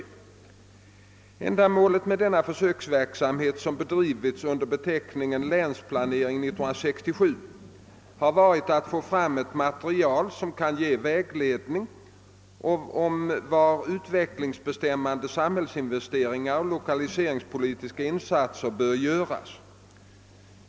Huvudändamålet med den försöksverksamhet som bedrivits under beteckningen Länsplanering 1967 har varit att få fram ett material som kan ge vägledning om var utvecklingsbestämmande samhällsinvesteringar och lokaliseringspolitiska insatser bör göras.